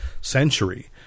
century